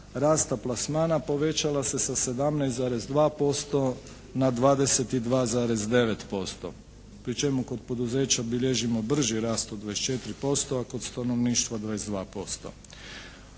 rasta plasmana povećala se sa 17,2% na 22,9% pri čemu kod poduzeća bilježimo brži rast od 24% a kod stanovništva 22%.